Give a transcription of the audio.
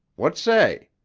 what say?